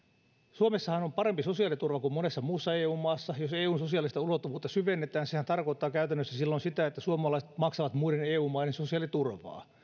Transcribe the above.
suomessahan on parempi sosiaaliturva kuin monessa muussa eun maassa jos eun sosiaalista ulottuvuutta syvennetään sehän tarkoittaa käytännössä silloin sitä että suomalaiset maksavat muiden eu maiden sosiaaliturvaa ei